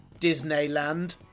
Disneyland